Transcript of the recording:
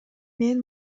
мен